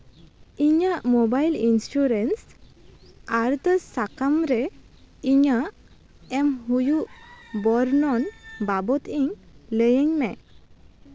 ᱤᱧᱟᱹᱜ mobile insurance ᱟᱨᱫᱟᱥ ᱥᱟᱠᱟᱢ ᱨᱮ ᱤᱧᱟᱹᱜ ᱮᱢ ᱦᱩᱭᱩᱜ ᱵᱚᱨᱱᱚᱱ ᱵᱟᱵᱚᱫ ᱤᱧ ᱞᱟᱹᱭᱟᱹᱧ ᱢᱮ